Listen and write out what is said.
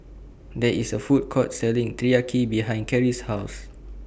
There IS A Food Court Selling Teriyaki behind Kerrie's House